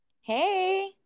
Hey